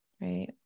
right